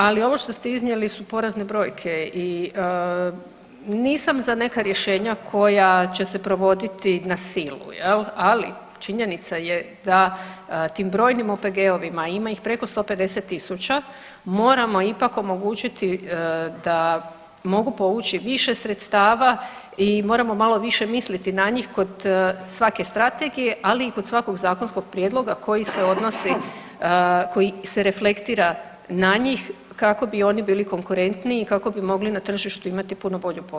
Ali ovo što ste iznijeli su porazne brojke i nisam za neka rješenja koja će se provoditi na silu jel ali činjenica je da tim brojnim OPG-ovima, a ima ih preko 150.000 moramo ipak omogućiti da mogu povući više sredstava i moramo malo više misliti na njih kod svake strategije, ali i kod svakog zakonskog prijedloga koji se odnosi, koji se reflektira na njih kako bi oni bili konkurentniji i kako bi mogli na tržištu imati puno bolju poziciju.